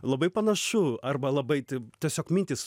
labai panašu arba labai taip tiesiog mintys